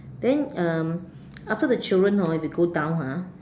then um after the children hor you can go down ha